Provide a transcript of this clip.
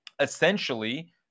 essentially